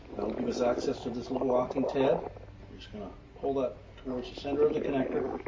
give us access to this little locking tab, you're just going to pull that towards the center of the connector